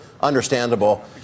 understandable